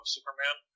Superman